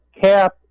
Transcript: cap